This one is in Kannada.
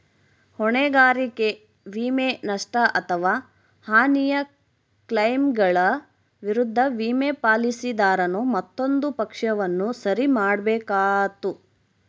ಹೊಣೆಗಾರಿಕೆ ವಿಮೆ, ನಷ್ಟ ಅಥವಾ ಹಾನಿಯ ಕ್ಲೈಮ್ಗಳ ವಿರುದ್ಧ ವಿಮೆ, ಪಾಲಿಸಿದಾರನು ಮತ್ತೊಂದು ಪಕ್ಷವನ್ನು ಸರಿ ಮಾಡ್ಬೇಕಾತ್ತು